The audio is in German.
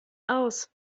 aus